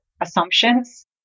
assumptions